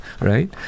right